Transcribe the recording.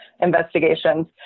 investigations